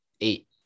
Eight